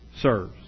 Serves